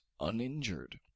uninjured